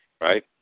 Right